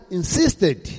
insisted